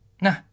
Nah